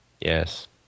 Yes